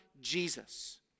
Jesus